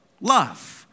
love